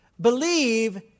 Believe